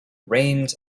rained